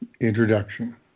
Introduction